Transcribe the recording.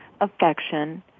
affection